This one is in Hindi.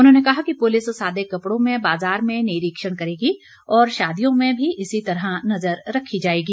उन्होंने कहा कि पुलिस सादे कपड़ों में बाजार में निरीक्षण करेगी और शादियों में भी इसी तरह नजर रखी जाएगी